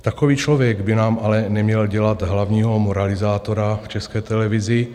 Takový člověk by nám ale neměl dělat hlavního moralizátora v České televizi.